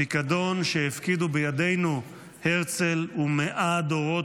פיקדון שהפקידו בידינו הרצל ומאה דורות